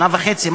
שנה וחצי,